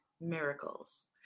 miracles